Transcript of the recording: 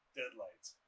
deadlights